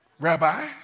rabbi